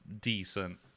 decent